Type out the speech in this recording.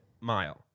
mile